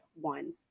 one